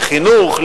לחינוך,